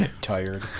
Tired